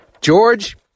George